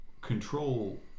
control